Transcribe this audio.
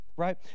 right